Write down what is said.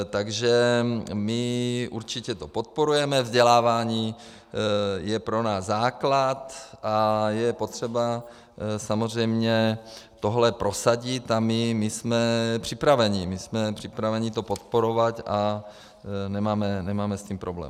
Takže my určitě to podporujeme, vzdělávání je pro nás základ a je potřeba samozřejmě tohle prosadit a my jsme připraveni, my jsme připraveni to podporovat a nemáme s tím problém.